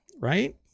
Right